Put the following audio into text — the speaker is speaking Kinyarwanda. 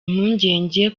impungenge